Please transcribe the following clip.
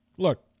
Look